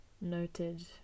noted